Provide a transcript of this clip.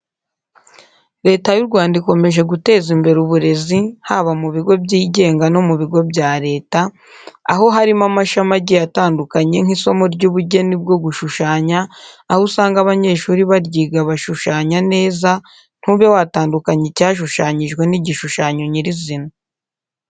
Leta y'u Rwanda ikomeje guteza imbere uburezi haba mu bigo byigenga no mu bigo bya leta, aho harimo amashami agiye atandukanye nk'isomo ry'ubugeni bwo gushushanya, aho usanga abanyeshuri baryiga bashushanya neza ntube watandukanya icyashushanyijwe n'igishushanyo nyir'izina.